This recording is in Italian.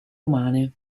umane